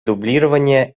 дублирования